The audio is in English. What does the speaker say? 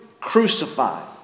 crucified